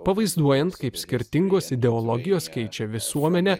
pavaizduojant kaip skirtingos ideologijos keičia visuomenę